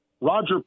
Roger